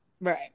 Right